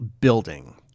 building